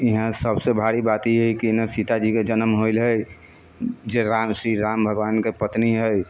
इहाँ सबसँ भारी बात ई हइ कि एनहे सीताजीके जनम होइल हइ जे राम श्रीराम भगवानके पत्नी हइ